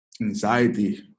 anxiety